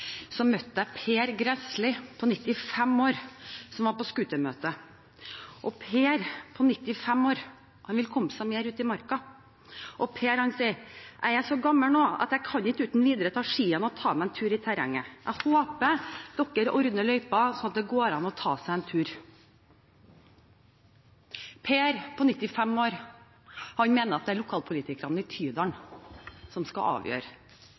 så gammel nå at jeg ikke uten videre kan ta skiene og ta meg en tur i terrenget. Jeg håper dere ordner løyper, slik at det går an å ta seg en tur. Per på 95 år mener at det er lokalpolitikerne i Tydalen som skal avgjøre